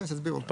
כן, שיסבירו.